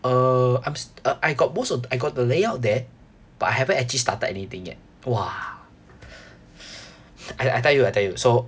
uh I'm s~ uh I got most of I got the layout there but I haven't actually started anything yet !wah! I I tell you I tell you so